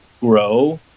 grow